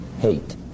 hate